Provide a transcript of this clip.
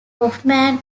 hofmann